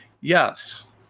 Yes